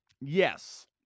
yes